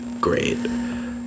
great